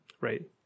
Right